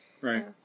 Right